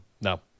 No